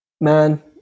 Man